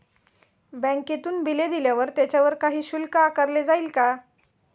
बँकेतून बिले दिल्यावर त्याच्यावर काही शुल्क आकारले जाईल का?